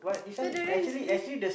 so the rest is me